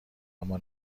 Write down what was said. اما